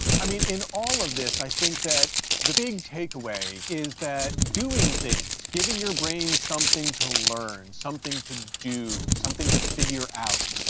i mean, in all of this, i think that the big takeaway is that doing things, giving your brain something to learn, something to do, something to figure out,